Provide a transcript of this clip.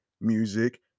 music